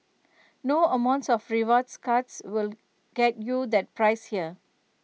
no amount of rewards cards will get you that price here